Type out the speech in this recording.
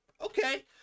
okay